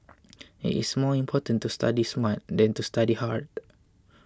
it's more important to study smart than to study hard